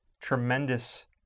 tremendous